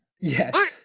yes